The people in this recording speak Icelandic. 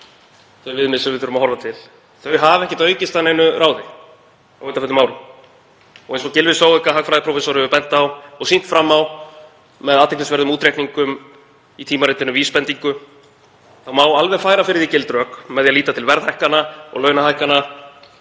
þau viðmið sem við þurfum að horfa til — hafa ekkert aukist að neinu ráði á undanförnum árum. Og eins og Gylfi Zoëga hagfræðiprófessor hefur bent á og sýnt fram á með athyglisverðum útreikningum í tímaritinu Vísbendingu, má alveg færa fyrir því gild rök með því að líta til verðhækkana og launahækkana,